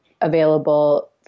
available